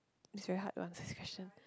is very hard one this question